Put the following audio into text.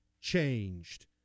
changed